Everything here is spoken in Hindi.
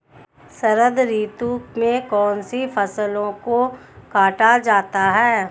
शरद ऋतु में कौन सी फसलों को काटा जाता है?